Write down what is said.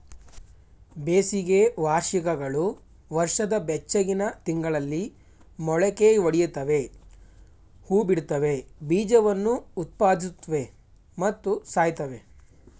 ಬೇಸಿಗೆ ವಾರ್ಷಿಕಗಳು ವರ್ಷದ ಬೆಚ್ಚಗಿನ ತಿಂಗಳಲ್ಲಿ ಮೊಳಕೆಯೊಡಿತವೆ ಹೂಬಿಡ್ತವೆ ಬೀಜವನ್ನು ಉತ್ಪಾದಿಸುತ್ವೆ ಮತ್ತು ಸಾಯ್ತವೆ